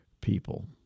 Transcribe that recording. people